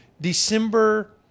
December –